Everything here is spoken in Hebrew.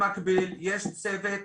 אמרתי, יש עבודה במקביל, יש צוות מסודר.